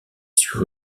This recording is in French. sur